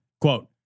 Quote